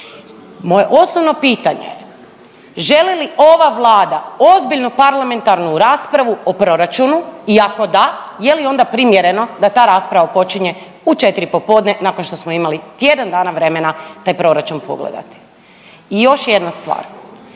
Moje osnovno pitanje, želi li ova Vlada ozbiljnu parlamentarnu raspravu o proračunu i ako da, je li onda primjereno da ta rasprava počinje u 4 popodne nakon što smo imali tjedan dana vremena taj proračun pogledati? I još jedna stvar.